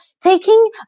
taking